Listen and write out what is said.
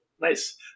Nice